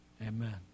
amen